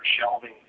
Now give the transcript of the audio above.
shelving